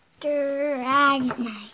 Dragonite